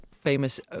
famous